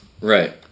Right